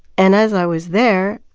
and as i was there,